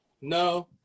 No